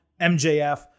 MJF